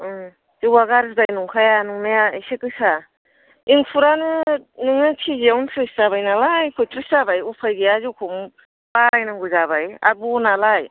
जौवा गाज्रिद्राय नंखाया नंनाया एसे गोसा एंखुरानो नोङो के जि आवनो थ्रिस जाबाय नालाय फयथ्रिस जाबाय उफाय गैया जौखौ बारायनांगौ जाबाय आरो बनआलाय